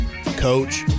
Coach